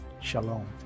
Shalom